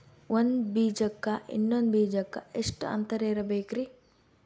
ಒಂದ್ ಬೀಜಕ್ಕ ಇನ್ನೊಂದು ಬೀಜಕ್ಕ ಎಷ್ಟ್ ಅಂತರ ಇರಬೇಕ್ರಿ?